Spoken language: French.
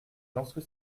lorsque